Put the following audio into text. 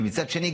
מצד שני,